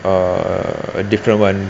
uh different one